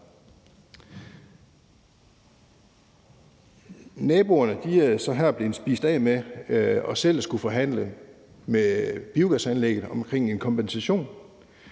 er her blevet spist af med selv at skulle forhandle med ejerne af biogasanlægget omkring en kompensation.